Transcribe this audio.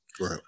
Right